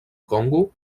congo